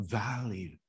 value